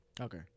Okay